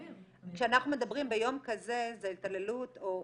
כשאנחנו מדברים ביום כזה זה התעללות או,